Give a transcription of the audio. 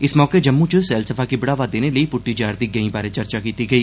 इस मौके जम्मू च सैलसफा गी बढ़ावा देने लेई प्ट्टी जा रदी गैंहीं बारै चर्चा कीती गेई